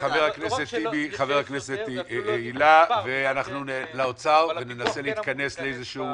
חבר הכנסת טיבי והילה ואנחנו לאוצר וננסה להתכנס לאיזה שהוא